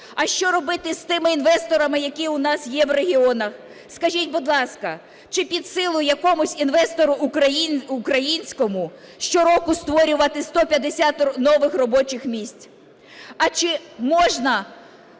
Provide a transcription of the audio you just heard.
А що робити з тими інвесторами, які у нас є в регіонах? Скажіть, будь ласка, чи під силу якомусь інвестору українському щороку створювати 150 нових робочих місць? А чи можна